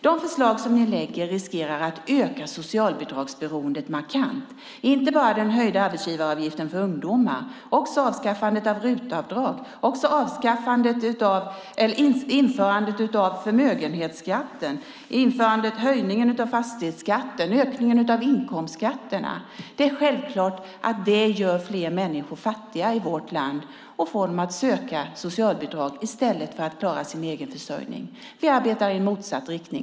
De förslag som ni lägger fram riskerar att öka socialbidragsberoendet markant, inte bara på grund av den höjda arbetsgivaravgiften för ungdomar utan också genom avskaffandet av RUT-avdraget, införandet av förmögenhetsskatten, höjningen av fastighetsskatten och ökningen av inkomstskatterna. Det är självklart att det gör fler människor fattigare i vårt land och får dem att söka socialbidrag i stället för att klara sin egen försörjning. Vi arbetar i motsatt riktning.